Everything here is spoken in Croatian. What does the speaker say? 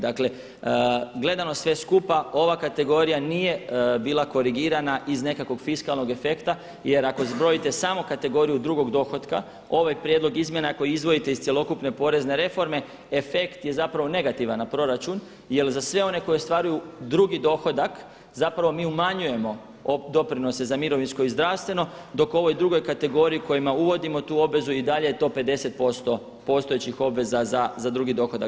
Dakle, gledano sve skupa ova kategorija nije bila korigirana iz nekakvog fiskalnog efekta jer ako zbrojite samo kategoriju drugog dohotka ovaj prijedlog izmjena ako izdvojite iz cjelokupne porezne reforme efekt je zapravo negativan na proračun jer za sve one koji ostvaruju drugi dohodak zapravo mi umanjujemo doprinose za mirovinsko i zdravstveno dok ovoj drugoj kategoriji kojima uvodimo tu obvezu i dalje je to 50% postojećih obveza za drugih dohodak.